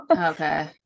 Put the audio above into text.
okay